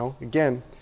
Again